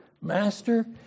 Master